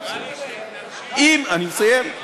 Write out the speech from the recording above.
אני מסיים.